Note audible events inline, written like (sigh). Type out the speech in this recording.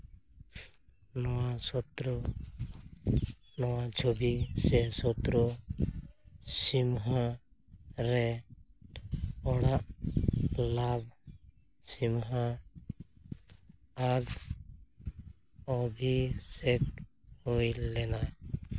ᱱᱚᱣᱟ ᱥᱚᱛᱨᱩ ᱱᱚᱣᱟ ᱪᱷᱚᱵᱤ ᱥᱮ ᱥᱚᱛᱨᱩ ᱥᱤᱱᱦᱟ ᱨᱮ ᱚᱲᱟᱜ ᱞᱟᱵᱽ ᱥᱤᱱᱦᱟ (unintelligible) ᱚᱵᱷᱤᱥᱮᱠ ᱦᱩᱭ ᱞᱮᱱᱟ